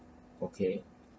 okay